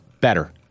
better